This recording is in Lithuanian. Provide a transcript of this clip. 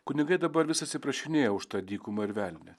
kunigai dabar vis atsiprašinėja už tą dykumą ir velnią